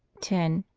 ten.